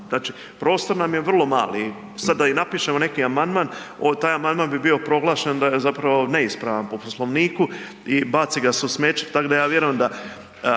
Znači, prostor nam je vrlo mali i sad da i napišemo neki amandman taj amandman bi bio proglašen da je zapravo neispravan po Poslovniku i baci ga se u smeće. Tako da ja vjerujem da